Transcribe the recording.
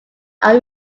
are